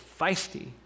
feisty